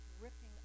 ripping